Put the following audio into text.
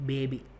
Baby